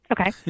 Okay